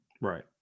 Right